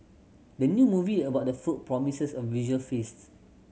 the new movie about food promises a visual feast